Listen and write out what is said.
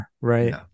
right